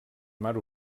mar